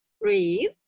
breathe